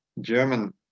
German